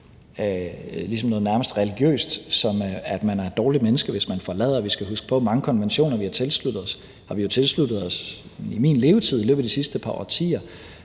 noget nærmest religiøst, som man er et dårligt menneske hvis man forlader. Vi skal huske på, at mange konventioner, vi har tilsluttet os, har vi tilsluttet os i min levetid, i løbet af de sidste par årtier.